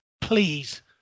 Please